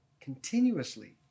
continuously